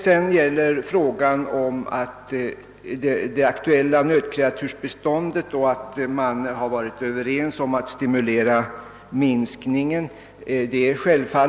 Sedan vill jag beröra talet om att man har varit överens om att stimulera till en minskning av nötkreatursbeståndet.